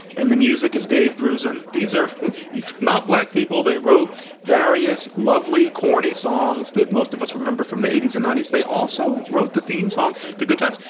and the music is dave grusin. these are not black people. they wrote various lovely, corny songs that most of us remember from the eighty s and ninety s. they also wrote the theme song to goodtimes.